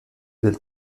del